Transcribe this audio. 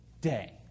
day